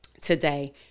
today